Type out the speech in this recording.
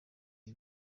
iki